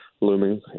looming